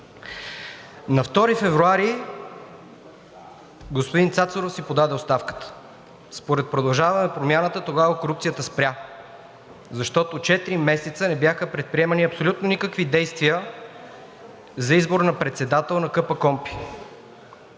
На 2 февруари господин Цацаров си подаде оставката. Според „Продължаваме Промяната“ тогава корупцията спря, защото четири месеца не бяха предприемани абсолютно никакви действия за избор на председател на КПКОНПИ.